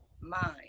mind